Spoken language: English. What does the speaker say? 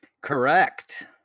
Correct